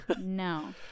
No